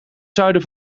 zuiden